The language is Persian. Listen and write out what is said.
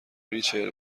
ریچل